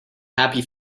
happy